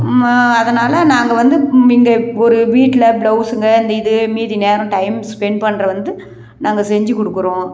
அதனால் நாங்கள் வந்து நீங்கள் ஒரு ஒரு வீட்டில் ப்ளவுஸுங்க இந்த இது மீதி நேரம் டைம்ஸ் ஸ்பெண்ட் பண்ணுற வந்து நாங்கள் செஞ்சு கொடுக்குறோம்